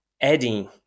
adding